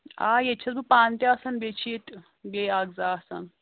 آ ییٚتہِ چھَس بہٕ پانہٕ تہِ آسان بیٚیہِ چھِ ییٚتہِ بیٚیہِ اکھ زٕ آسان